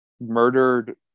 murdered